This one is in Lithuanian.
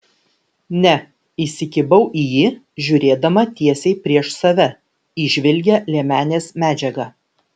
ne įsikibau į jį žiūrėdama tiesiai prieš save į žvilgią liemenės medžiagą